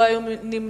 לא היו נמנעים.